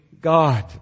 God